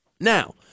Now